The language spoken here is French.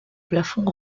plafond